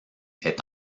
est